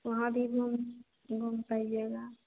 वहाँ भी घूम घूम पाइएगा